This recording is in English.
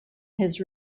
his